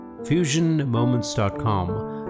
FusionMoments.com